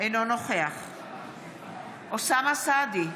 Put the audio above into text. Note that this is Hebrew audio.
אינו נוכח אוסאמה סעדי,